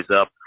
up